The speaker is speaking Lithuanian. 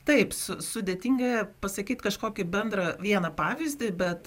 taip su sudėtinga pasakyt kažkokį bendrą vieną pavyzdį bet